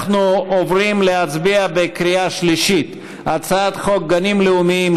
אנחנו עוברים להצביע בקריאה שלישית על הצעת חוק גנים לאומיים,